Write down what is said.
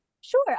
Sure